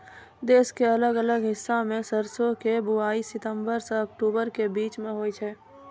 देश के अलग अलग हिस्सा मॅ सरसों के बुआई सितंबर सॅ अक्टूबर के बीच मॅ होय छै